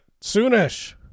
soonish